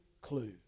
clue